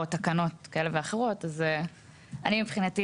או תקנות כאלה ואחרות אז אני מבחינתי